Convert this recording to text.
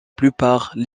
plupart